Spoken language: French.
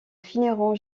finiront